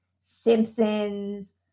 Simpsons